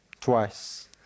twice